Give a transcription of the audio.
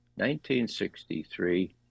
1963